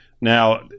Now